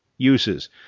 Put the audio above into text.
uses